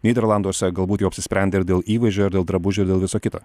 nyderlanduose galbūt jau apsisprendę ir dėl įvaizdžio ir dėl drabužių ir dėl viso kito